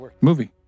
movie